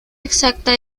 exacta